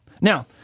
Now